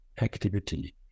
activity